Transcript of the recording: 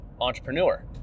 entrepreneur